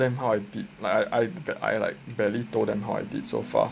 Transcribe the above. I didn't tell them how I did like I I that I like barely told them how I did so far